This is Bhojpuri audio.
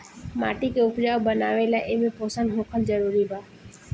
माटी के उपजाऊ बनावे ला एमे पोषण होखल जरूरी बा